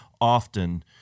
often